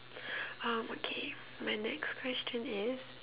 um okay my next question is